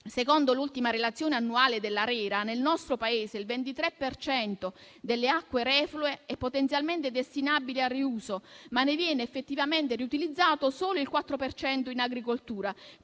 Secondo l'ultima relazione annuale dell'ARERA, nel nostro Paese il 23 per cento delle acque reflue è potenzialmente destinabile al riuso, ma ne viene effettivamente riutilizzato solo il 4 per cento in agricoltura.